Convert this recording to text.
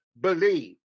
believe